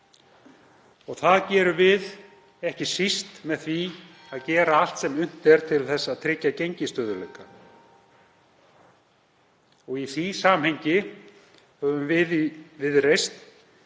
og það gerum við ekki síst með því að gera allt sem unnt er til að tryggja gengisstöðugleika. Í því samhengi höfum við í